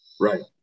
Right